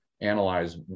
analyze